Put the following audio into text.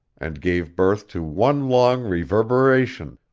and gave birth to one long reverberation,